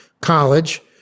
college